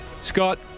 Scott